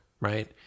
Right